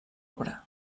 obra